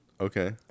Okay